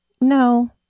No